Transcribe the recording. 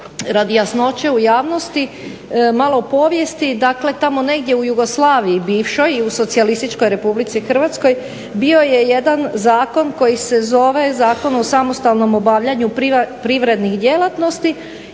radi jasnoće u javnosti malo o povijesti, dakle tamo negdje u bivšoj Jugoslaviji i u SRH bio je jedan zakon koji se zove zakon o samostalnom obavljanju privrednih djelatnosti